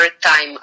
time